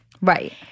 Right